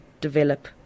develop